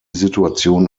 situation